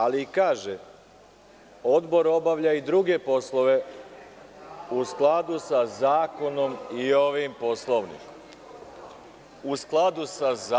Ali, kaže - Odbor obavlja i druge poslove u skladu sa zakonom i ovim Poslovnikom.